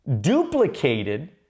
duplicated